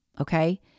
okay